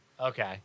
Okay